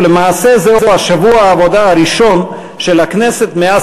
ולמעשה זה שבוע העבודה הראשון של הכנסת מאז